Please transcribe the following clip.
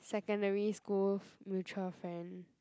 secondary school mutual friend